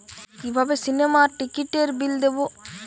কিভাবে সিনেমার টিকিটের বিল দেবো?